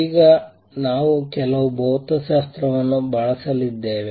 ಈಗ ನಾವು ಕೆಲವು ಭೌತಶಾಸ್ತ್ರವನ್ನು ಬಳಸಲಿದ್ದೇವೆ